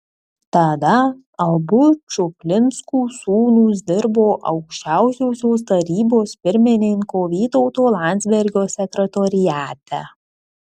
tada abu čuplinskų sūnūs dirbo aukščiausiosios tarybos pirmininko vytauto landsbergio sekretoriate